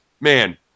man